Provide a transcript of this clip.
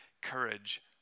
courage